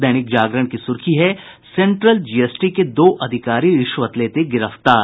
दैनिक जागरण की सुर्खी है सेन्ट्रल जीएसटी के दो अधिकारी रिश्वत लेते गिरफ्तार